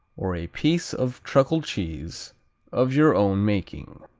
or a piece of truckle cheese of your own making.